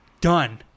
Done